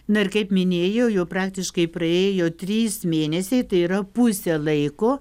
na ir kaip minėjau jau praktiškai praėjo trys mėnesiai tai yra pusė laiko